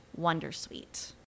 Wondersuite